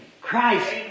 Christ